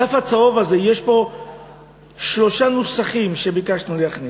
בדף הצהוב הזה יש שלושה נוסחים שביקשנו להכניס,